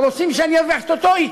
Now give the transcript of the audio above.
רוצים שאני ארוויח את אותו x,